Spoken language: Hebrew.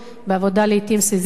בעבודה לעתים סיזיפית,